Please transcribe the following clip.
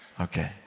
Okay